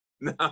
No